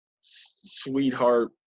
sweetheart